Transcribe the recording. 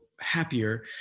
happier